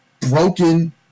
broken